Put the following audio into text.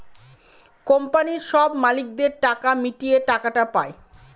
কোম্পানির সব মালিকদের টাকা মিটিয়ে টাকাটা পায়